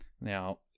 Now